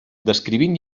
descrivint